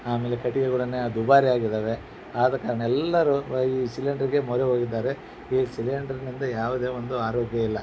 ಆಮೇಲೆ ಕಟ್ಟಿಗೆಗಳುನ್ನೇ ದುಬಾರಿ ಆಗಿದ್ದಾವೆ ಆದ ಕಾರಣ ಎಲ್ಲರೂ ವಯಿ ಸಿಲಿಂಡರ್ಗೆ ಮೊರೆ ಹೋಗಿದ್ದಾರೆ ಈ ಸಿಲಿಂಡರ್ನಿಂದ ಯಾವುದೇ ಒಂದು ಆರೋಗ್ಯ ಇಲ್ಲ